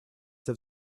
have